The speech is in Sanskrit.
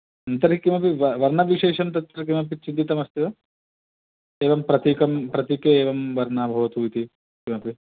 नन्तरे किमपि व वर्ण विशेषं तत्र किमपि चिन्तितम् अस्ति वा एवं प्रतीकं प्रतीके एवं वर्णः भवतु इति किमपि